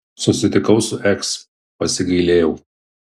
susitikau su eks pasigailėjau